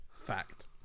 Fact